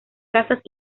cazas